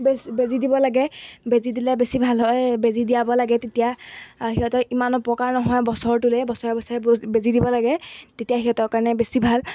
বেজী দিব লাগে বেজী দিলে বেছি ভাল হয় বেজী দিয়াব লাগে তেতিয়া সিহঁতৰ ইমান উপকাৰ নহয় বছৰটোলৈ বছৰে বছৰে বচ বেজী দিব লাগে তেতিয়া সিহঁতৰ কাৰণে বেছি ভাল